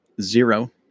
zero